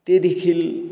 ते देखील